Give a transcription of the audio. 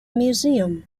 museum